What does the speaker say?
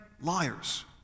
liars